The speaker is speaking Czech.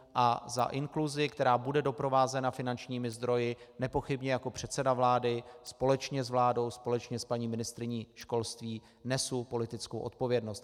A za inkluzi, která bude doprovázena finančními zdroji, nepochybně jako předseda vlády společně s vládou, společně s paní ministryní školství, nesu politickou odpovědnost.